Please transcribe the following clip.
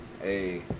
Hey